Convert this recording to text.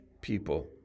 people